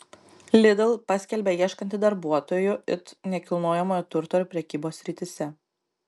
lidl paskelbė ieškanti darbuotojų it nekilnojamojo turto ir prekybos srityse